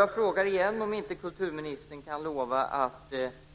Jag frågar igen om inte kulturministern helt enkelt kan lova